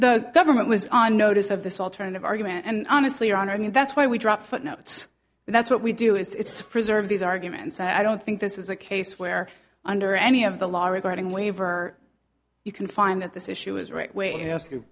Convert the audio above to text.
the government was on notice of this alternative argument and honestly your honor i mean that's why we drop footnotes and that's what we do it's a preserve these arguments and i don't think this is a case where under any of the law regarding waiver you can find that this issue is right way ask you